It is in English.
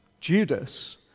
Judas